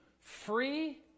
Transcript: free